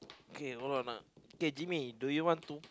okay hold on uh okay Jimmy do you want to